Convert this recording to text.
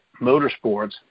Motorsports